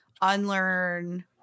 unlearn